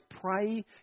Pray